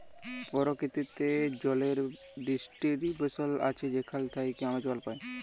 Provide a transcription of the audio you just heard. পরকিতিতে জলের ডিস্টিরিবশল আছে যেখাল থ্যাইকে আমরা জল পাই